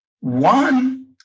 one